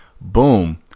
Boom